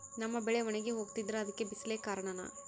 ನಮ್ಮ ಬೆಳೆ ಒಣಗಿ ಹೋಗ್ತಿದ್ರ ಅದ್ಕೆ ಬಿಸಿಲೆ ಕಾರಣನ?